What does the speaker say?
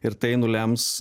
ir tai nulems